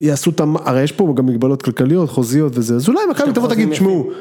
יש פה גם מגבלות כלכליות, חוזיות וזה, אז אולי בכלל, תבוא תגיד, תשמעו.